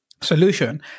solution